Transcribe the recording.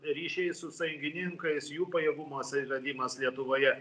ryšiai su sąjungininkais jų pajėgumuos įvedimas lietuvoje